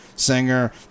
Singer